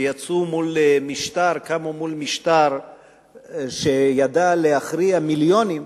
שקמו מול משטר שידע להכריע מיליונים,